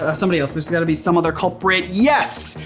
ah somebody else, there's got to be some other culprit. yes,